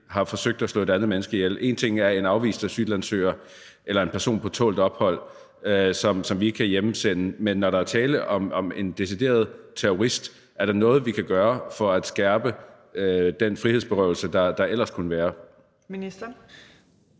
har forsøgt at slå et andet menneske ihjel? Én ting er en afvist asylansøger eller en person på tålt ophold, som vi ikke kan hjemsende, men når der er tale om en decideret terrorist, er der så noget, vi kan gøre for at skærpe den frihedsberøvelse, der ellers kunne være?